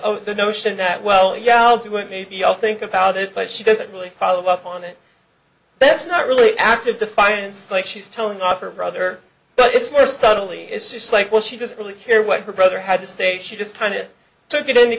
idea the notion that well yeah i'll do it maybe i'll think about it but she doesn't really follow up on it that's not really an act of defiance like she's telling off her brother but it's more subtly it's just like well she doesn't really care what her brother had to stay she just kind of took it in t